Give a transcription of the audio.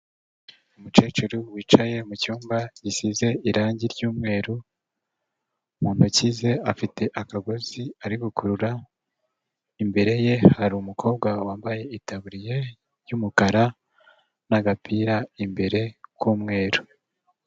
Umukecuru wicaye mu cyumba gisize irangi ry'umweru, mu ntoki ze afite akagozi ari gukurura, imbere ye hari umukobwa wambaye itaburiya y'umukara n'agapira imbere k'umweru.